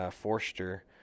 Forster